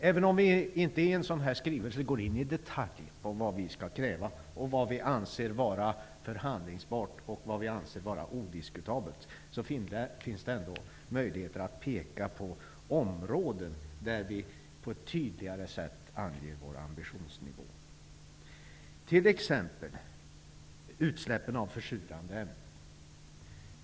Även om vi i en sådan skrivelse inte går in i detalj på vad vi skall kräva, vad vi anser förhandlingsbart, och vad vi anser odiskutabelt finns det ändå möjlighet att peka på områden där vi på ett tydligare sätt bör ange vår ambitionsnivå. Det gäller t.ex. utsläppen av försurande ämnen.